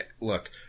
look